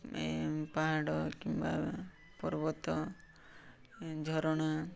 ଏ ପାହାଡ଼ କିମ୍ବା ପର୍ବତ ଝରଣା